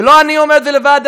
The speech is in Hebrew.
ולא אני אומר את זה לבד,